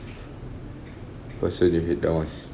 person you hate the most